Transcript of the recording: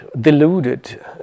deluded